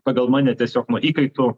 pagal mane tiesiog nu įkaitų